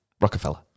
Rockefeller